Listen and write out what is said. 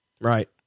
Right